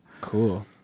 Cool